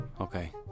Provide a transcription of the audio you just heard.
Okay